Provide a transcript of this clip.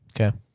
Okay